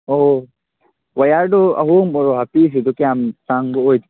ꯑꯣ ꯋꯦꯌꯥꯔꯗꯨ ꯑꯍꯣꯡꯕ ꯍꯥꯞꯄꯤꯈ꯭ꯔꯤꯗꯨ ꯀꯌꯥꯝ ꯇꯥꯡꯕ ꯑꯣꯏꯗꯣꯏꯅꯣ